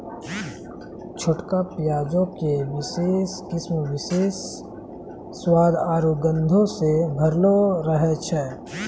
छोटका प्याजो के विशेष किस्म विशेष स्वाद आरु गंधो से भरलो रहै छै